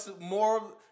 more